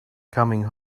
coming